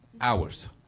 hours